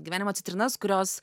gyvenimo citrinas kurios